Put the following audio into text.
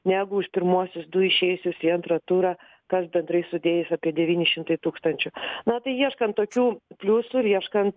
negu už pirmuosius du išėjusius į antrą turą kas bendrai sudėjus apie devyni šimtai tūkstančių na tai ieškant tokių pliusų ir ieškant